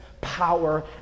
power